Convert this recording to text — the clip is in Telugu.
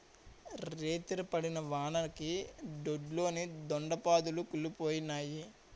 రేతిరి పడిన వానకి దొడ్లోని దొండ పాదులు కుల్లిపోనాయి